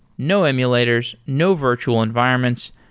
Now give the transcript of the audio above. no emulators, no virtual environments.